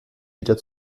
wieder